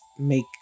make